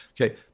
Okay